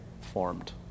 formed